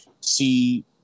see